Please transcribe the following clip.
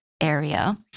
area